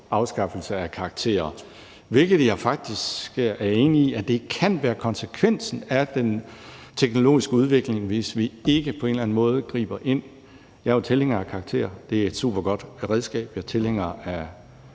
afskaffelse af karakterer. Jeg er faktisk enig i, at det kan være konsekvensen af den teknologiske udvikling, hvis vi ikke på en eller anden måde griber ind. Jeg er jo tilhænger af karakterer, for det er et supergodt redskab, jeg er tilhænger af